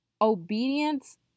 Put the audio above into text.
obedience